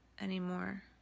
anymore